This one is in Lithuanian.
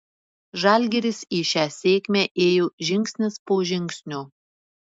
žalgiris į šią sėkmę ėjo žingsnis po žingsnio